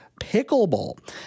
Pickleball